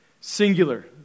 Singular